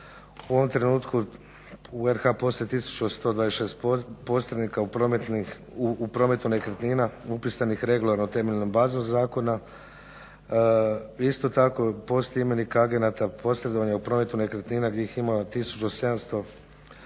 u ovom trenutku u RH postoji 1126 posrednika u prometu nekretnina upisanih regulirano temeljem bazom zakona. Isto tako postoji imenik agenata, posredovanje u prometu nekretnina gdje ima 1745,